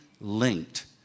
linked